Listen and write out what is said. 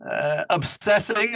obsessing